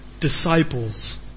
disciples